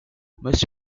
most